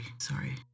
Sorry